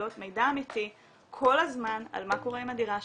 בהגרלות מידע אמיתי כל הזמן על מה קורה עם הדירה שלהם,